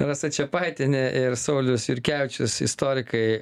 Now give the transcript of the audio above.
rasa čepaitienė ir saulius jurkevičius istorikai